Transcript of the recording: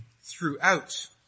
throughout